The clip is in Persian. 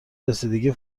رسیدگی